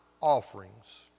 offerings